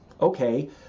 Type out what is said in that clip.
okay